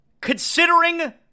Considering